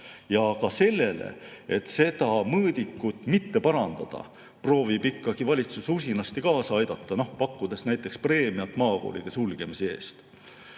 Ja sellele, et seda mõõdikut mitte parandada, proovib valitsus usinasti kaasa aidata, noh, pakkudes näiteks preemiat maakoolide sulgemise eest.